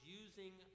using